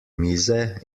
mize